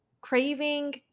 craving